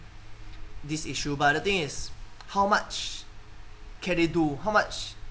this issue but the thing is how much can they do how much